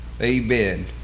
amen